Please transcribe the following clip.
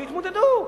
שיתמודדו.